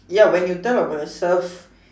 ya when you tell about yourself